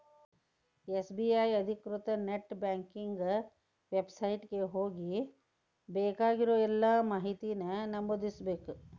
SBI ಅಧಿಕೃತ net banking website ಗೆ ಹೋಗಿ ಬೇಕಾಗಿರೋ ಎಲ್ಲಾ ಮಾಹಿತಿನ ನಮೂದಿಸ್ಬೇಕ್